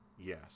Yes